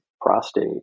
prostate